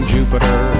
Jupiter